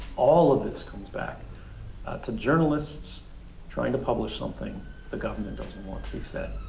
all of this comes back to journalists trying to publish something the government doesn't want to be said.